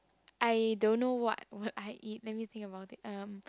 I don't know what will I eat let me think about it um